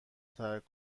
ترک